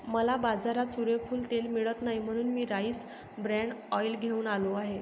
मला बाजारात सूर्यफूल तेल मिळत नाही म्हणून मी राईस ब्रॅन ऑइल घेऊन आलो आहे